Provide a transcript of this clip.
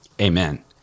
Amen